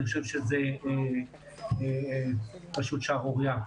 אני חושב שזו פשוט שערורייה,